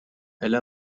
elle